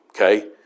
okay